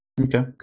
Okay